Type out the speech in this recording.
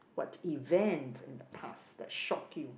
what event in the past that shocked you